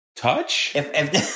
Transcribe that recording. touch